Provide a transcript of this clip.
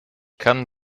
kann